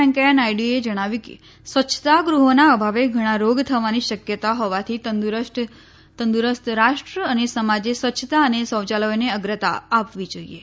વેંકૈયા નાયડુએ સ્વચ્છતા ગૃહોના અભાવે ઘણા રોગ થવાની શક્યતા હોવાથી તંદુરસ્ત રાષ્ટ્ર અને સમાજે સ્વચ્છતા અને શૌયાલયોને અગ્રતા આપવી જોઈએ